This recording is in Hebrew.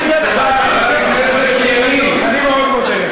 תודה על, חבר הכנסת ילין, אני מאוד מודה לך.